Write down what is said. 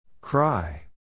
Cry